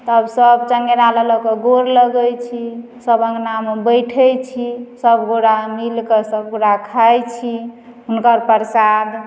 तब सभ चङ्गेरा लऽ लऽ कऽ गोर लगैत छी सभ अङ्गनामे बैठैत छी सभगोटए मिलि कऽ सभगोटए खाइत छी हुनकर प्रसाद